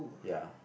ya